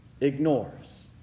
ignores